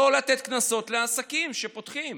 לא לתת קנסות לעסקים שפותחים.